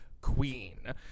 Queen